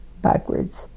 backwards